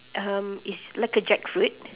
um it's like a jackfruit